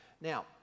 Now